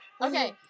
Okay